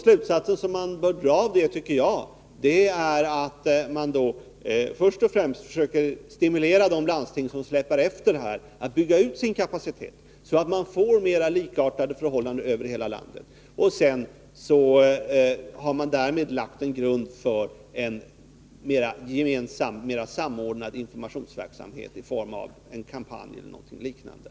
Slutsatsen av detta bör vara att man först och främst försöker stimulera de landsting som släpar efter att bygga ut sin kapacitet, så att man får mer likartade förhållanden över Nr 34 hela landet. Därmed har man lagt en grund för en mer samordnad Torsdagen den informationsverksamhet i form av en kampanj eller något liknande.